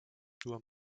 dur